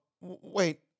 wait